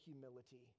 humility